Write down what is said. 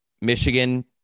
Michigan